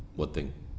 what thing